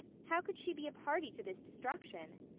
how could she be a party to this destruction?